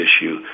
issue